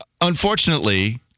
unfortunately